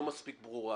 לא מספיק ברורה.